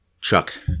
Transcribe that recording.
Chuck